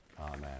Amen